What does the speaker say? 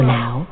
now